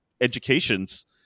educations